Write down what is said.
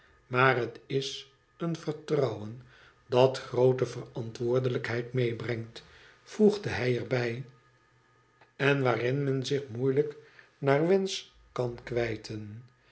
maar het is een vertrouwen datgroote ver antwoordelijkheid meebrengt voegde hij er bij en waarin men zich moeilijk naar wensch kan kwijten